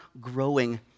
growing